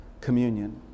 communion